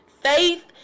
Faith